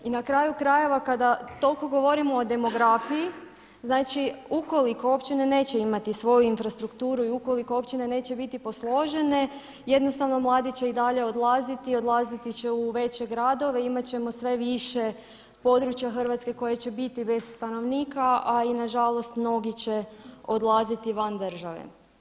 I na kraju krajeva kada toliko govorimo o demografiji znači ukoliko općine neće imati svoju infrastrukturu i ukoliko općine neće biti posložene jednostavno mladi će i dalje odlaziti i odlaziti će u veće gradove, imat ćemo sve više područja Hrvatske koje će biti bez stanovnika, a i nažalost mnogi će odlaziti van države.